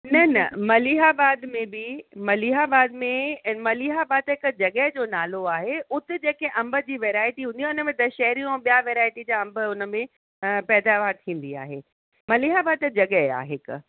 न न मलीहाबाद में बि मलीहाबाद में मलीहाबाद त हिकु जॻह जो नालो आहे हुते जेके अंब जी वैरायटी हूंदी आहे हुन में दशहरी ऐं ॿिया वैरायटी जा अंबु हुन में पैदावार थींदी आहे मलीहाबाद त जॻह आहे हिकु